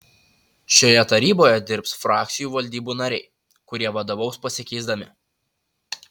šioje taryboje dirbs frakcijų valdybų nariai kurie vadovaus pasikeisdami